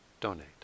donate